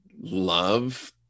love